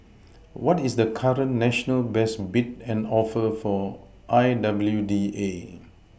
what is the current national best bid and offer for I W D A